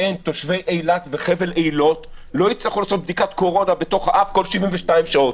תושבי אילת וחבל אילות לא יצטרכו לעשות בדיקת קורונה באף בכל 72 שעות,